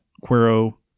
Quero